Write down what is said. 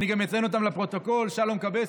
ואני גם אציין אותם לפרוטוקול: שלום קבסה,